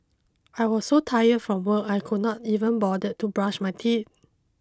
I was so tired from work I could not even bothered to brush my teeth